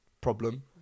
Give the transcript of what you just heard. problem